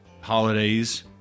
holidays